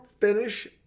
finish